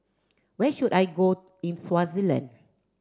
where should I go in Swaziland